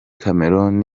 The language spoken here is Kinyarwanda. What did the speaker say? cameroun